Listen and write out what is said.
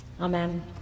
Amen